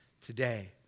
today